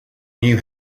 knew